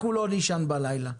אנחנו לא נישן בלילה.